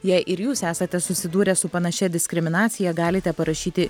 jei ir jūs esate susidūrę su panašia diskriminacija galite parašyti